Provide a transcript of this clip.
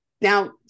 Now